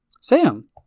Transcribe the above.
Sam